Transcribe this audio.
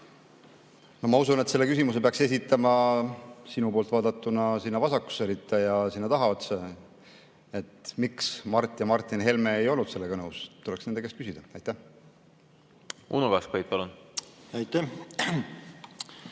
Ma usun, et selle küsimuse peaks esitama sinu poolt vaadatuna sinna vasakusse ritta ja sinna tahaotsa. Miks Mart ja Martin Helme ei olnud sellega nõus? Tuleks nende käest küsida. Ma usun, et